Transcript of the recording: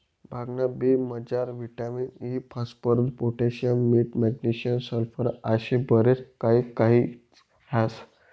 भांगना बी मजार विटामिन इ, फास्फरस, पोटॅशियम, मीठ, मॅग्नेशियम, सल्फर आशे बरच काही काही ह्रास